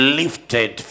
lifted